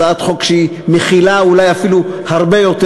הצעת חוק שמכילה אולי אפילו הרבה יותר